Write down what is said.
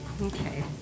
Okay